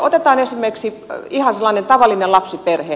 otetaan esimerkiksi ihan sellainen tavallinen lapsiperhe